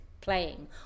playing